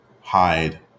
hide